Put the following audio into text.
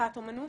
לצריכת אמנות,